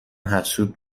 حسود